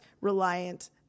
reliant